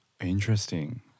Interesting